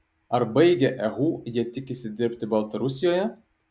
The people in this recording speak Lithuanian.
ar baigę ehu jie tikisi dirbti baltarusijoje